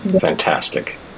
fantastic